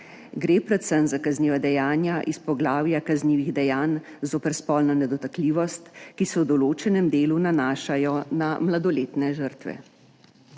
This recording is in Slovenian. gre predvsem za kazniva dejanja iz poglavja kaznivih dejanj zoper spolno nedotakljivost, ki se v določenem delu nanašajo na mladoletne žrtve.